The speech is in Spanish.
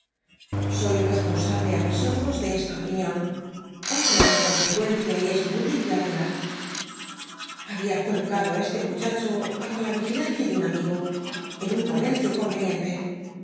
soy responsable á mis ojos de esta opinión obro en consecuencia y es inútil que hable mas había colocado á este muchacho bajo la yigilan ia de un amigo en un comercio comeniente